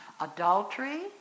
Adultery